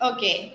Okay